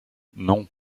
non